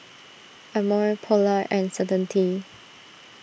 Amore Polar and Certainty